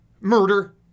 murder